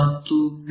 ಮತ್ತು ವಿ